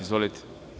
Izvolite.